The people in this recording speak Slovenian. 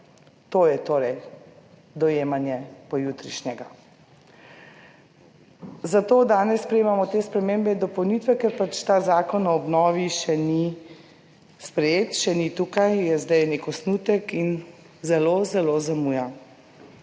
To je torej dojemanje pojutrišnjega. Zato danes sprejemamo te spremembe in dopolnitve, ker pač ta zakon o obnovi še ni sprejet, še ni, tukaj, je zdaj nek osnutek in zelo zelo zamuja.